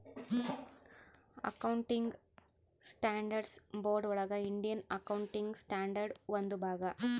accounting standards board ಒಳಗ Indian accounting standard ಒಂದು ಭಾಗ